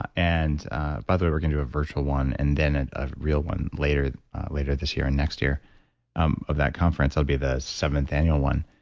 ah and by the way, we're going to do a virtual one and then a real one later later this year and next year um of that conference it'll be the seventh annual one.